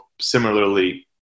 similarly